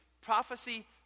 Prophecy